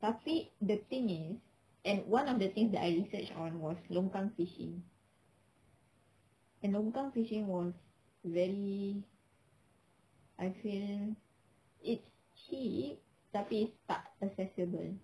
tapi the thing is and one of the things that I researched on was longkang fishing and longkang fishing was very I feel it's cheap tapi it's tak accessible